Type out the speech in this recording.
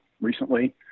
recently